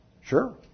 Sure